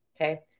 Okay